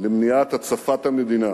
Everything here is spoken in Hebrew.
למניעת הצפת המדינה